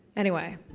anyway.